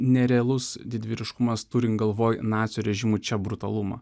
nerealus didvyriškumas turint galvoje nacių režimo čia brutalumą